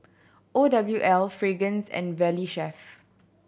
O W L Fragrance and Valley Chef